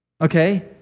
okay